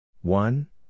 One